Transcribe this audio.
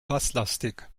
basslastig